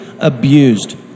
abused